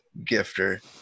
gifter